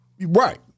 Right